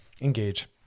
engage